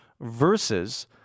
versus